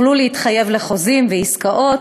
יוכלו להתחייב לחוזים ועסקאות,